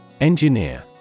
Engineer